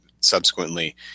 subsequently